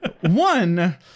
One